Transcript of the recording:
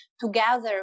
together